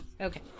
Okay